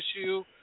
issue